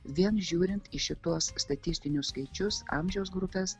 vien žiūrint į šituos statistinius skaičius amžiaus grupes